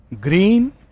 green